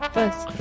First